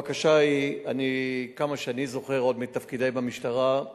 הבקשה היא, כמה שאני זוכר, עוד מתפקידי במשטרה,